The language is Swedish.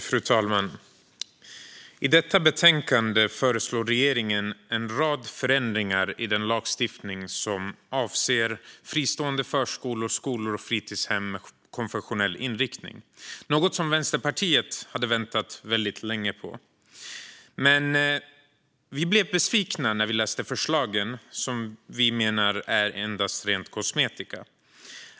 Fru talman! I detta betänkande föreslår regeringen en rad förändringar i den lagstiftning som gäller fristående förskolor, skolor och fritidshem med konfessionell inriktning. Det är något som Vänsterpartiet har väntat länge på. Men vi blev besvikna när vi läste förslagen, som vi menar är ren kosmetika.